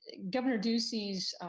governor ducey's